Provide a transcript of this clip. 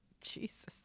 Jesus